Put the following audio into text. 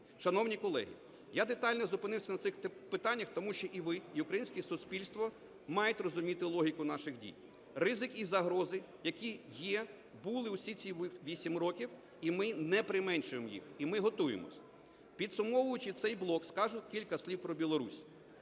Шановні колеги, я детально зупинився на цих питаннях, тому що і ви, і українське суспільство мають розуміти логіку наших дій, ризик і загрози, які є, були всі ці 8 років і ми не применшуємо їх, і ми готуємося. Підсумовуючи цей блок, скажу кілька слів про Білорусь.